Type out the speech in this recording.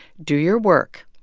do your work.